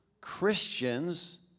Christians